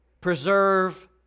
Preserve